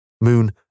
moon